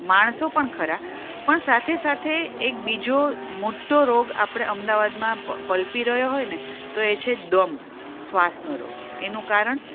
માણસો પર ખરા પણ સાથે સાથે એક બીજો મોટો રોગ આપણે અમદાવાદમાં પલપી રહ્યો હોય ને તો એ છે દમ શ્વાસનો રોગ એનું કારણ